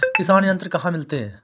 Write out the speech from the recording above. किसान यंत्र कहाँ मिलते हैं?